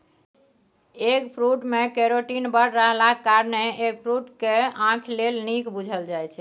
eggfruit मे carotene बड़ रहलाक कारणेँ एगफ्रुट केँ आंखि लेल नीक बुझल जाइ छै